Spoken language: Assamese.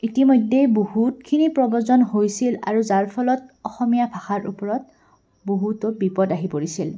ইতিমধ্যে বহুতখিনি প্ৰব্ৰজন হৈছিল আৰু যাৰ ফলত অসমীয়া ভাষাৰ ওপৰত বহুতো বিপদ আহি পৰিছিল